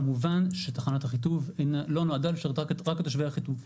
כמובן שתחנת אחיטוב לא נועדה לשרת רק את תושבי אחיטוב.